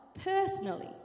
personally